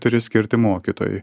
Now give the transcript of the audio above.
turi skirti mokytojai